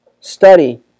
study